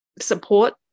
support